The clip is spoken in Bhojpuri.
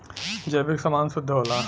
जैविक समान शुद्ध होला